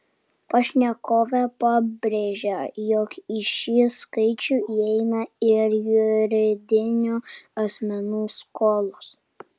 pašnekovė pabrėžia jog į šį skaičių įeina ir juridinių asmenų skolos